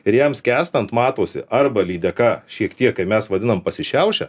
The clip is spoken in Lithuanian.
ir jam skęstant matosi arba lydeka šiek tiek kai mes vadinam pasišiaušia